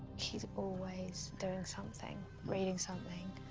he's always doing something. reading something,